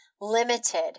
limited